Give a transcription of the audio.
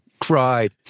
Cried